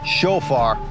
shofar